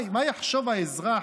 מה יחשוב האזרח,